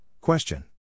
Question